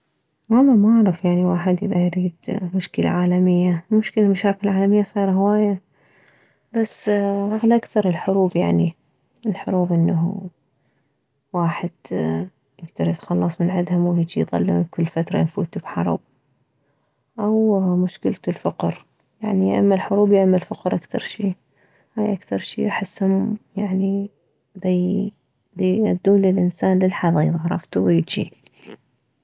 والله ما اعرف يعني واحد اذا يريد مشكلة عالمية مشكلة المشاكل العالمية صايرة هوايه بس علاكثر الحروب يعني الحروب انه واحد يكدر يتخلص من عدها مو هيجي يظلون كل فترة واحد يفوت بحرب او مشكلة الفقر يعني يا اما الحروب يا اما الفقر اكثر شي هاي اكثر شي احسهم يعني ديادوه للانسان للحضيض عرفتو